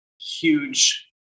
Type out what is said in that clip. huge